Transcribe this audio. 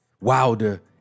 Wilder